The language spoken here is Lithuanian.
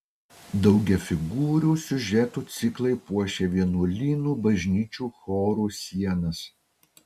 daugiafigūrių siužetų ciklai puošė vienuolynų bažnyčių chorų sienas